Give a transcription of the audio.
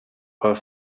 are